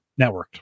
networked